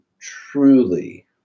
truly